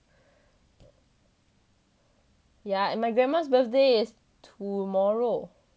yeah and my grandma birthday is tomorrow